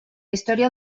història